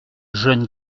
jeune